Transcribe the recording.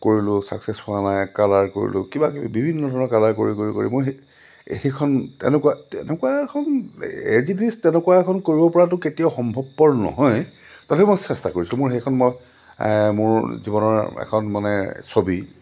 কৰিলোঁ চাকচেছ হোৱা নাই কালাৰ কৰিলোঁ কিবা কিবি বিভিন্ন ধৰণৰ কালাৰ কৰি কৰি কৰি মই সেইখন তেনেকুৱা তেনেকুৱা এখন এজ ইট ইজ তেনেকুৱা এখন কৰিব পৰাতো কেতিয়াও সম্ভৱপৰ নহয় তথাপি মই চেষ্টা কৰিছোঁ মোৰ সেইখন মই মোৰ জীৱনৰ এখন মানে ছবি